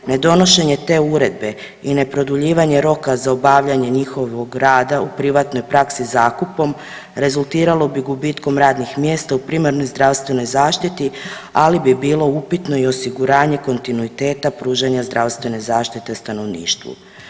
Nedonošenje te uredbe i neproduljivanje roka za obavljanje njihovog rada u privatnoj praksi zakupom, rezultiralo bi gubitkom radnih mjesta u primarnoj zdravstvenoj zaštiti, ali bi bilo upitno i osiguranje kontinuiteta pružanja zdravstvene zaštite stanovništvu.